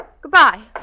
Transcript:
Goodbye